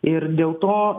ir dėl to